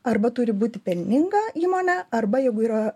arba turi būti pelninga įmonė arba jeigu yra